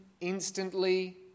instantly